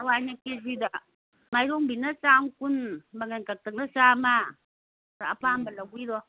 ꯍꯋꯥꯏꯅ ꯀꯦ ꯖꯤꯗ ꯃꯥꯏꯔꯣꯡꯕꯤꯅ ꯆꯥꯝꯃ ꯀꯨꯟ ꯃꯪꯒꯟ ꯀꯥꯡꯇꯛꯅ ꯆꯥꯝꯃ ꯑꯗ ꯑꯄꯥꯝꯕ ꯂꯧꯕꯤꯔꯣ